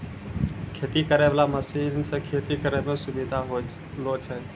खेती करै वाला मशीन से खेती करै मे सुबिधा होलो छै